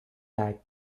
tag